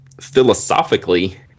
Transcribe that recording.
philosophically